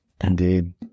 Indeed